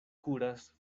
kuras